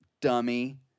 Dummy